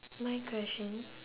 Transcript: my question